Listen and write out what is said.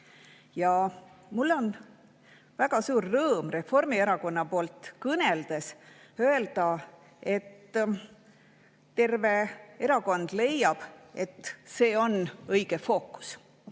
Ja mul on väga suur rõõm Reformierakonna nimel kõneldes öelda: terve erakond leiab, et see on õige fookus.